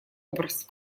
образ